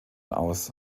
aus